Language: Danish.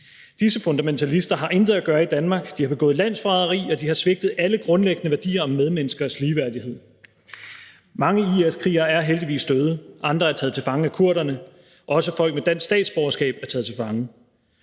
Disse fundamentalister har intet at gøre i Danmark. De har begået landsforræderi, og de har svigtet alle grundlæggende værdier om medmenneskers ligeværdighed. Mange IS-krigere er heldigvis døde, andre er taget til fange af kurderne, og også folk med dansk statsborgerskab er taget til fange.